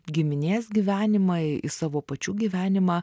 giminės gyvenimą į į savo pačių gyvenimą